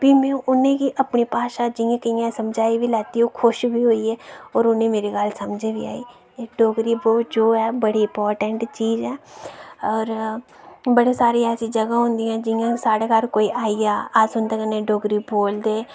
फ्ही में जियां कियां अपनी भाशा उनेंगी समझाई बी लैत्ती ओह् खुश बी होऐ फ्ही इनेंगी मेरी गल्ल समझ बी आई डोगरी बी बड़ा इंपार्टैंट चीज ऐ और बड़ी सारी ऐसियां जगाह् होंदियां जियां कोई साढ़े घर आई जा अस उंदे कन्नै डोगरी बोलदे